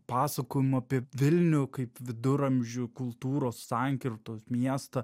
pasakojimu apie vilnių kaip viduramžių kultūros sankirtos miestą